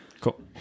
Cool